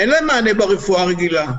אין להם מענה ברפואה הרגילה,